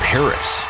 Paris